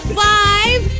five